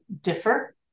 differ